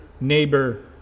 neighbor